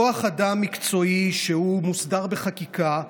כוח אדם מקצועי שמוסדר בחקיקה,